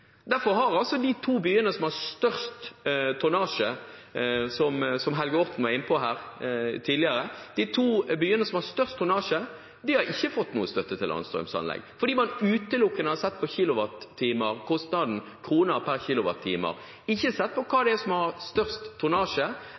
De to byene som har størst tonnasje, som Helge Orten var inne på her tidligere, har ikke fått støtte til landstrømanlegg, fordi man utelukkende har sett på kilowattimer – kroner per kWt. Man har ikke sett på hvem som har størst tonnasje, sett på hva som er strategisk viktig, eller sett på hva som